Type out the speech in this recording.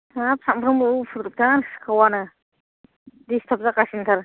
हाब सामफ्रामबो उफुद्रुखथार सिखावानो डिस्टार्ब जागासिनो थार